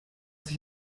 sich